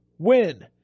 Win